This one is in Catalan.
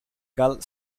cal